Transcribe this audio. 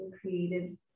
created